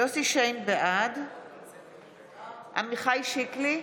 בעד עמיחי שיקלי,